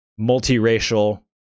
multiracial